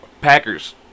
Packers